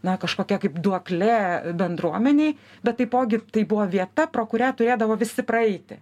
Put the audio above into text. na kažkokia kaip duoklė bendruomenei bet taipogi tai buvo vieta pro kurią turėdavo visi praeiti